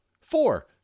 Four